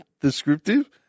descriptive